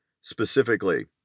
Specifically